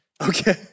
Okay